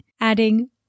adding